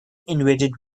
invaded